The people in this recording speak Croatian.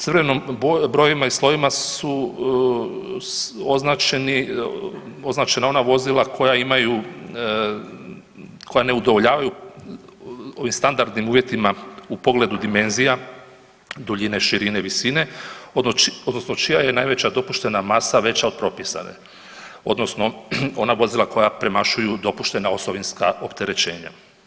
Crvenim brojevima i slovima su označena ona vozila koja imaju, koja ne udovoljavaju standardnim uvjetima u pogledu dimenzija duljine, širine, visine odnosno čija je najveća dopuštena masa veća od propisane, odnosno ona vozila koja premašuju dopuštena osovinska opterećenja.